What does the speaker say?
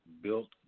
built